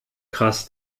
krass